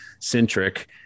centric